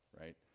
right